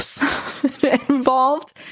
involved